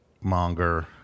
monger